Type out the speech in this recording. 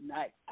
Night